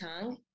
tongue